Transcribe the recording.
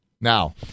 Now